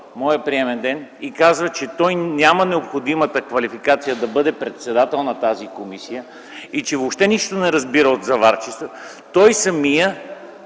моя приемен ден и казва, че няма необходимата квалификация да бъде председател на тази комисия и че въобще нищо не разбира от заваряване, значи самият